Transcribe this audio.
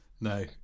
No